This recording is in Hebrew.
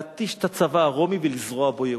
להתיש את הצבא הרומי ולזרוע בו ייאוש.